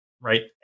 right